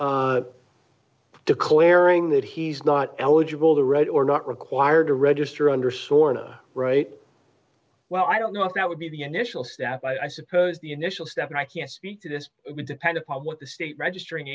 injunction declaring that he's not eligible to read or not required to register under sorta right well i don't know if that would be the initial step i suppose the initial step and i can't speak to this would depend upon what the state registering